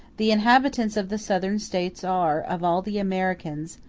the inhabitants of the southern states are, of all the americans,